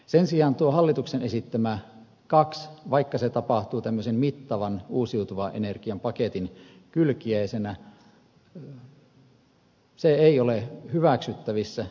sen sijaan hallituksen esittämät kaksi vaikka se tapahtuu tämmöisen mittavan uusiutuvan energian paketin kylkiäisenä ei ole hyväksyttävissä